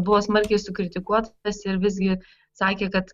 buvo smarkiai sukritikuotas ir visgi sakė kad